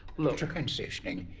look transitioning?